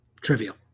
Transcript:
trivial